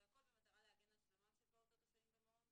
והכול במטרה להגן על שלומם של פעוטות השוהים במעון,